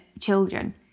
children